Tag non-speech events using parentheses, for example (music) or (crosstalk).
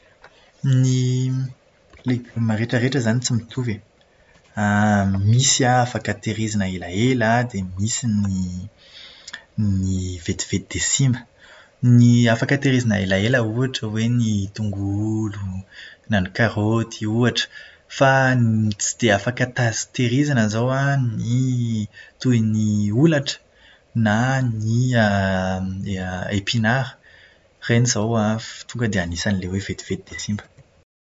Ny legioma rehetra rehetra izany tsy mitovy e. (hesitation) Misy an, afaka tahirizina elaela an, dia misy ny ny vetivety dia simba. Ny afaka tahirizina elaela ohatra hoe ny tongolo, na ny karaoty ohatra. Fa ny tsy dia afaka taz- tahirizina izao an, ny toy ny olatra, na ny (hesitation) epinara. Ireny izao an f- tonga dia anisan'ilay hoe vetivety dia simba.